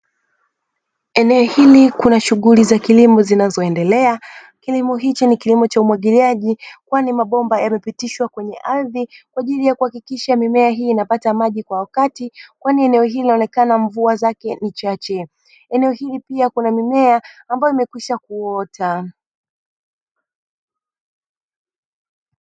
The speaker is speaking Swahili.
Eneo hilo Kuna shughuliza za kilimo zinazoendelea kilomo hicho ni kilomo cha umwagiliaji kwani mabomba yamepitishwa kwenye ardhi kwajili ya kuhakikisha mimea inapata maji kwa wakati, kwani eneo hili linaonekana mvua zake ni chache. Eneo hilo pia kuna mimea ambayo imekwisha kuota.